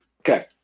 Okay